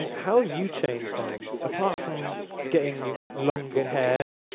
how have you changed, ads? apart from getting longer hair